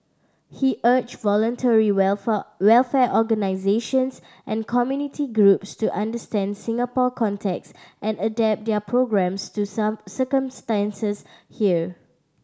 he urged voluntary welfare organisations and community groups to understand Singapore context and adapt their programmes to circumstances here